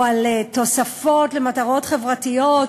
או תוספות למטרות חברתיות,